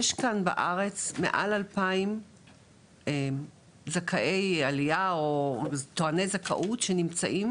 יש כאן בארץ מעל אלפיים זכאי עלייה או טועני זכאות שנמצאים